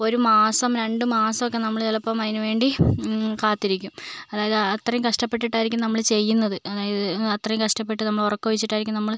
ഒരു മാസം രണ്ട് മാസമൊക്കെ നമ്മൾ ചിലപ്പം അതിന് വേണ്ടി കാത്തിരിക്കും അതായത് അത്രയും കഷ്ടപ്പെട്ടിട്ടായിരിക്കും നമ്മൾ ചെയ്യുന്നത് അതായത് അത്രയും കഷ്ടപ്പെട്ട് നമ്മളുറക്കമൊഴിച്ചിട്ടായിരിക്കും നമ്മൾ